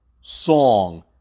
song